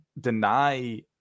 deny